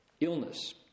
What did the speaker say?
Illness